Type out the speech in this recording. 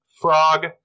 frog